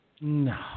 No